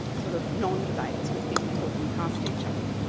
sort of non-debates with people talking past each other,